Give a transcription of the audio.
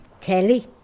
Telly